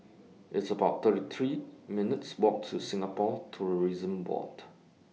It's about thirty three minutes' Walks to Singapore Tourism Board